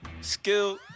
skill